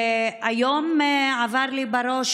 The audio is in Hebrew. היום זה עבר לי בראש,